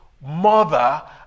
mother